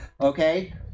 okay